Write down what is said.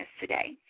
today